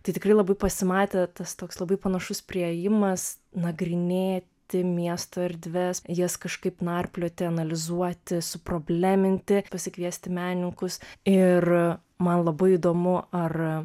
tai tikrai labai pasimatė tas toks labai panašus priėjimas nagrinėti miesto erdves jas kažkaip narplioti analizuoti suprobleminti pasikviesti menininkus ir man labai įdomu ar